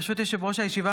ברשות יושב-ראש הישיבה,